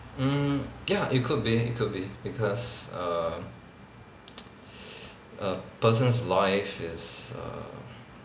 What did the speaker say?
mm ya it could be it could be because err a person's life is err